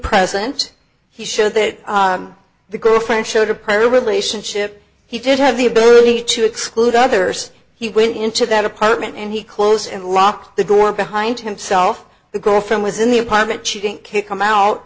present he showed that the girlfriend showed a prior relationship he did have the ability to exclude others he went into that apartment and he closed and locked the door behind him self the girlfriend was in the apartment she didn't kick him out